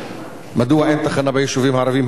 מדוע אין תחנה ביישובים הערביים,